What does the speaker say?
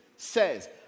says